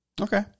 Okay